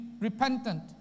repentant